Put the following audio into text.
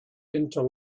into